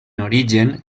origen